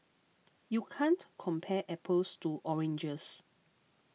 you can't compare apples to oranges